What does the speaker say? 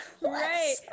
right